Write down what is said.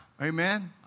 Amen